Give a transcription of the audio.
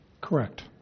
correct